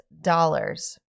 dollars